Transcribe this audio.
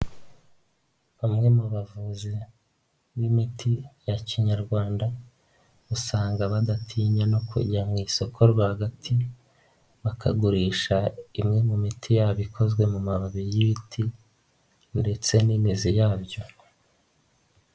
Bamwe mu bavuzi b'imiti ya kinyarwanda usanga badatinya no kujya mu isoko rwagati, bakagurisha imwe mu miti yabo ikozwe mu mababi y'ibiti ndetse n'imizi yabyo.